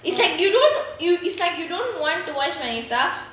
it's like you don't you is like you don't want to watch vanita